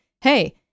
Hey